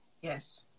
Yes